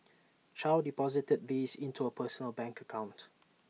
chow deposited these into her personal bank account